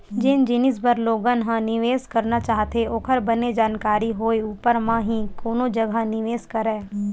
जेन जिनिस बर लोगन ह निवेस करना चाहथे ओखर बने जानकारी होय ऊपर म ही कोनो जघा निवेस करय